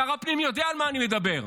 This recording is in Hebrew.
שר הפנים יודע על מה אני מדבר.